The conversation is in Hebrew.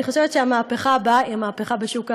אני חושבת שהמהפכה הבאה היא המהפכה בשוק העבודה,